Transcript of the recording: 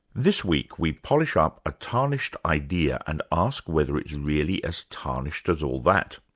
this week we polish ah up a tarnished idea and ask whether it's really as tarnished as all that.